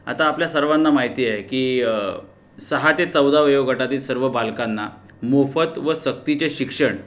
आता आपल्या सर्वांना माहिती आहे की सहा ते चौदा वयोगटातील सर्व बालकांना मोफत व सक्तीचे शिक्षण